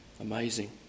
Amazing